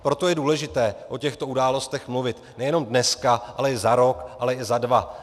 Proto je důležité o těchto událostech mluvit nejenom dneska, ale i za rok, ale i za dva.